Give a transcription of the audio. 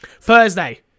thursday